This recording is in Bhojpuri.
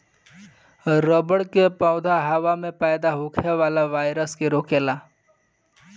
रबड़ के पौधा हवा में पैदा होखे वाला वायरस के रोकेला